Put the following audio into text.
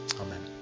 Amen